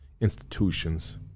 institutions